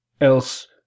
Else